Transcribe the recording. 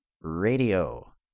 radio